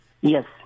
Yes